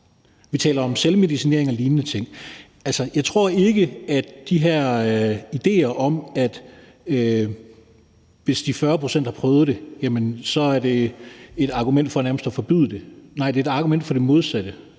Vi taler om selvmedicinering og lignende ting. Altså, jeg tror ikke, at de her idéer om, at 40 pct. har prøvet det, er et argument for nærmest at forbyde det. Nej, det er et argument for det modsatte.